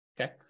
Okay